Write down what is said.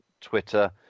Twitter